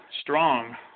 strong